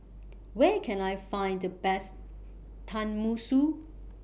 Where Can I Find The Best Tenmusu